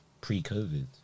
pre-covid